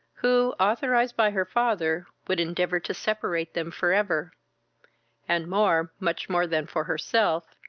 who, authorised by her father, would endeavour to separate them for ever and more, much more than for herself,